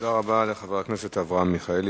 תודה רבה לחבר הכנסת אברהם מיכאלי.